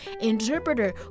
interpreter